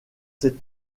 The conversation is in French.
ses